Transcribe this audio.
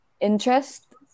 interest